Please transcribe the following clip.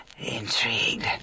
Intrigued